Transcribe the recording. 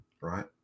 right